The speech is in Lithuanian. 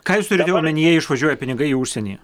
ką jūs turite omenyje išvažiuoja pinigai į užsienį